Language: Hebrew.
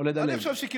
או לדלג?